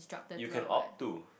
you can opt to